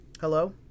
hello